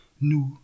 nous